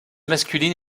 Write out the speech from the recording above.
masculine